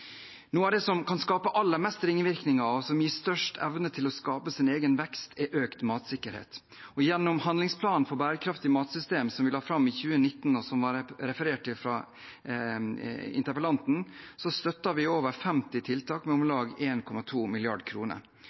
det som kan skape aller flest ringvirkninger, og som gir størst evne til å skape sin egen vekst, er økt matsikkerhet. Gjennom handlingsplanen for bærekraftige matsystemer, som vi la fram i 2019, og som ble referert til av interpellanten, støtter vi over 50 tiltak med om lag